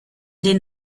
den